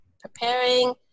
Preparing